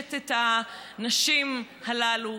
פוגשת את הנשים הללו,